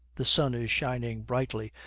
the sun is shining brightly,